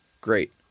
great